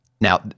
Now